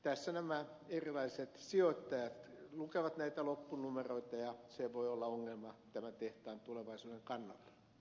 tässä nämä erilaiset sijoittajat lukevat näitä loppunumeroita ja se voi olla ongelma tämän tehtaan tulevaisuuden kannalta